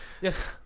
yes